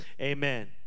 amen